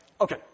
Okay